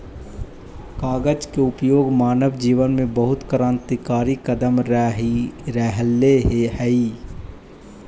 कागज के उपयोग मानव जीवन में बहुत क्रान्तिकारी कदम रहले हई